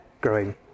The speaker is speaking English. growing